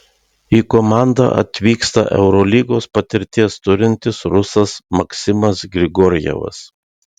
į komandą atvyksta eurolygos patirties turintis rusas maksimas grigorjevas